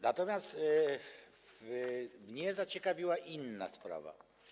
Natomiast mnie zaciekawiła inna sprawa.